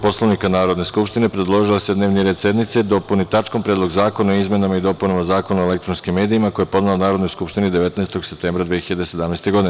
Poslovnika Narodne skupštine, predložila je da se dnevni red sednice dopuni tačkom – Predlog zakona o izmenama i dopunama Zakona o elektronskim medijima, koji je podnela Narodnoj skupštini 19. septembra 2017. godine.